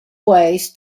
ways